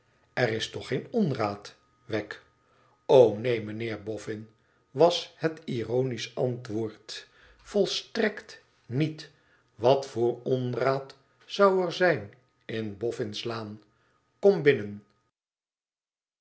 r is toch geen onraad wegg t o neen mijnheer boffin was het ironisch antwoord volstrekt niet wat voor onraad zou er zijn in boffin's laan kom binnen